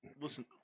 listen